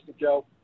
Joe